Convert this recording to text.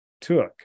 took